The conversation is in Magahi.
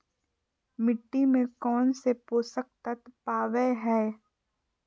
मिट्टी में कौन से पोषक तत्व पावय हैय?